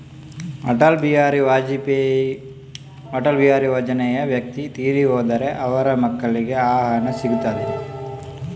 ಅಟಲ್ ಬಿಹಾರಿ ಯೋಜನೆಯ ವ್ಯಕ್ತಿ ತೀರಿ ಹೋದರೆ ಅವರ ಮಕ್ಕಳಿಗೆ ಆ ಹಣ ಸಿಗುತ್ತದೆಯೇ?